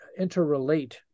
interrelate